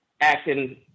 acting